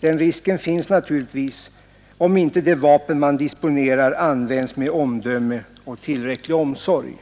Den risken finns naturligtvis, om inte de vapen man disponerar används med omdöme och tillräcklig omsorg.